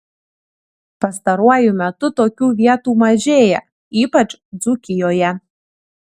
pastaruoju metu tokių vietų mažėja ypač dzūkijoje